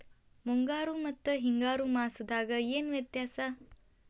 ಮುಂಗಾರು ಮತ್ತ ಹಿಂಗಾರು ಮಾಸದಾಗ ಏನ್ ವ್ಯತ್ಯಾಸ?